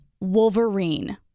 Wolverine